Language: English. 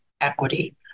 equity